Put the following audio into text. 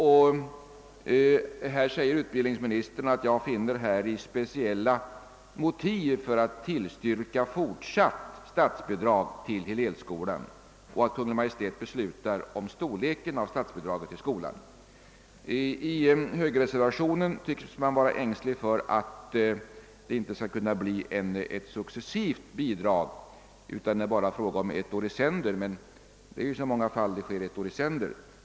Utbildningsministern uttalar: >Enligt min uppfattning måste denna strävan respekteras och jag finner häri speciella motiv för att tillstyrka fortsatt statsbidrag till Hillelskolan. Kungl. Maj:t beslutar om storleken av statsbidraget till skolan.» I högerreservationen tycks man vara ängslig för att det inte skall bli ett fortlöpande bidrag utan bara ett bidrag för ett år i sänder. Men det är ju i så många fall som anslag beviljas för ett år i sän der.